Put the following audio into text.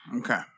Okay